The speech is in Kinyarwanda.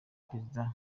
perezida